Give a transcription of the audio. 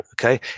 Okay